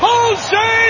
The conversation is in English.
Jose